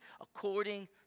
according